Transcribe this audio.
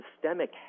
systemic